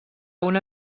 una